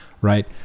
right